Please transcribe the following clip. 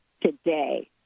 today